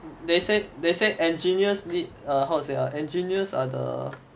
they said they said engineers need a how to say ah engineers are the